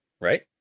right